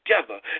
together